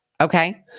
Okay